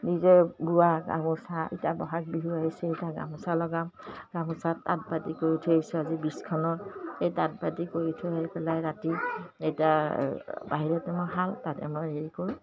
নিজে বোৱাা গামোচা এতিয়া ব'হাগ বিহু আহিছে এতিয়া গামোচা লগাম গামোচাত তাঁত বাতি কৰি থৈ আহিছোঁ আজি বিছখনত সেই তাঁত বাাতি কৰি থৈ আহি পেলাই ৰাতি এতিয়া বাহিৰতে মোৰ শাল তাতে মই হেৰি কৰোঁ